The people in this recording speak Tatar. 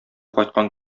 кайткан